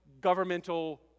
governmental